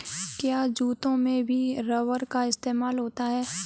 क्या जूतों में भी रबर का इस्तेमाल होता है?